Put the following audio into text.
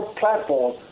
platform